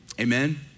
amen